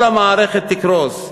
וכל המערכת תקרוס,